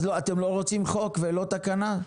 אז אתם לא רוצים חוק ולא תקנה?